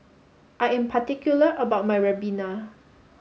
I am particular about my Ribena